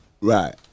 Right